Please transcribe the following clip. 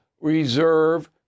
reserve